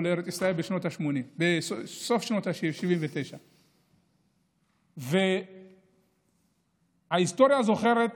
לארץ ישראל בשנת 1979. ההיסטוריה זוכרת